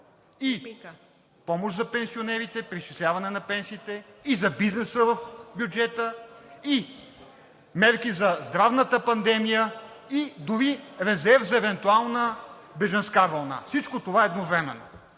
и помощ за пенсионерите – преизчисляване на пенсиите, и за бизнеса в бюджета, и мерки за здравната пандемия, и дори резерв за евентуална бежанска вълна. (Реплика от